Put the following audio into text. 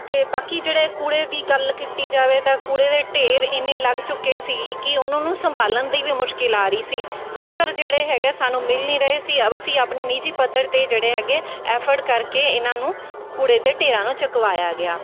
ਅਤੇ ਬਾਕੀ ਜਿਹੜੇ ਕੂੜੇ ਦੀ ਗੱਲ ਕੀਤੀ ਜਾਵੇ ਤਾਂ ਕੂੜੇ ਦੇ ਢੇਰ ਇੰਨੇ ਲੱਗ ਚੁੱਕੇ ਸੀ ਕਿ ਉਹਨਾਂ ਨੂੰ ਸੰਭਾਲਣ ਦੀ ਵੀ ਮੁਸ਼ਕਿਲ ਆ ਰਹੀ ਸੀ ਵਰਕਰ ਜਿਹੜੇ ਹੈਗੇ ਸਾਨੂੰ ਮਿਲ ਨਹੀਂ ਰਹੇ ਸੀ ਅਸੀਂ ਆਪਣੇ ਨਿੱਜੀ ਪੱਧਰ 'ਤੇ ਜਿਹੜੇ ਹੈਗੇ ਐਫਰਟ ਕਰਕੇ ਇਹਨਾਂ ਨੂੰ ਕੂੜੇ ਦੇ ਢੇਰਾਂ ਨੂੰ ਚੁਕਵਾਇਆ ਗਿਆ